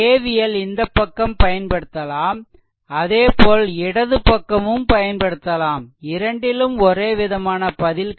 KVL இந்த பக்கம் பயன்படுத்தலாம் அதேபோல் இடது பக்கமும் பயன்படுத்தலாம் இரண்டிலும் ஒரே விதமான பதில் கிடைக்கும்